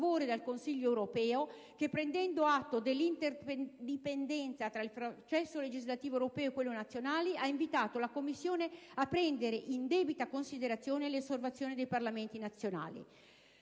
europeo del 15 e 16 giugno 2006 che, prendendo atto dell'interdipendenza tra il processo legislativo europeo e quelli nazionali, ha invitato la Commissione a prendere in debita considerazione le osservazioni dei Parlamenti nazionali,